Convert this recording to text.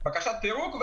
בקשת פירוק,